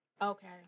Okay